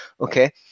okay